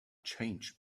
changed